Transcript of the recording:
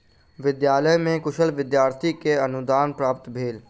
विद्यालय में कुशल विद्यार्थी के अनुदान प्राप्त भेल